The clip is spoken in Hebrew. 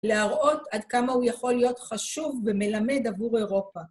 להראות עד כמה הוא יכול להיות חשוב ומלמד עבור אירופה.